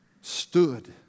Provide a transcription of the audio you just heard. stood